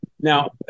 Now